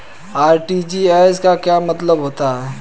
RTGS का क्या मतलब होता है?